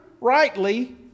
rightly